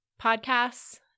podcasts